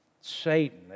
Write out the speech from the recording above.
Satan